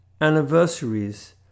anniversaries